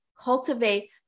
cultivate